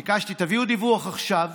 ביקשתי: תביאו דיווח עכשיו